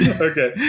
Okay